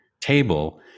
table